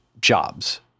jobs